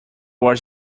was